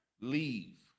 leave